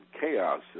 chaos